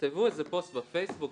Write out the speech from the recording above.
תכתבו איזה פוסט בפייסבוק,